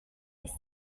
case